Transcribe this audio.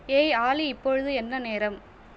ஏய் ஆலி இப்பொழுது என்ன நேரம்